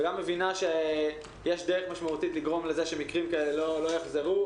וגם מבינה שיש דרך משמעותית לגרום לכך שמקרים כאלה לא יחזרו.